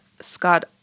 Scott